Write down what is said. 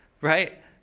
right